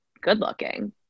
good-looking